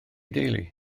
deulu